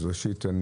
ראשית,